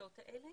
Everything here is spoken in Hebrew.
לקבוצות האלה